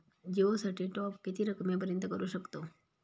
जिओ साठी टॉप किती रकमेपर्यंत करू शकतव?